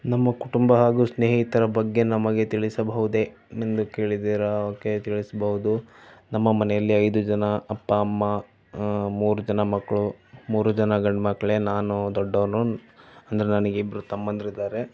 ನಮ್ಮ ಕುಟುಂಬ ಹಾಗೂ ಸ್ನೇಹಿತರ ಬಗ್ಗೆ ನಮಗೆ ತಿಳಿಸಬಹುದೇ ಎಂದು ಕೇಳಿದ್ದೀರ ಓಕೆ ತಿಳಿಸಬಹುದು ನಮ್ಮ ಮನೆಯಲ್ಲಿ ಐದು ಜನ ಅಪ್ಪ ಅಮ್ಮ ಮೂರು ಜನ ಮಕ್ಕಳು ಮೂರೂ ಜನ ಗಂಡು ಮಕ್ಕಳೇ ನಾನು ದೊಡ್ಡವನು ಅಂದರೆ ನನಗೆ ಇಬ್ಬರು ತಮ್ಮಂದಿರು ಇದ್ದಾರೆ